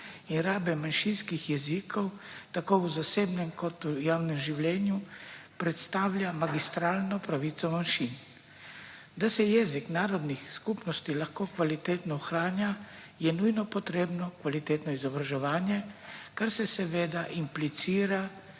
in rabe manjšinskih jezikov tako v zasebnem kot v javnem življenju predstavlja magistralno pravico manjšin. Da se jezik narodnih skupnosti lahko kvalitetno ohranja, je nujno potrebno kvalitetno izobraževanje, kar se seveda implicira